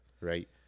Right